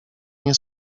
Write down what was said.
nie